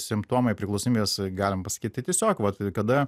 simptomai priklausomybės galima pasakyti tiesiog vat kada kada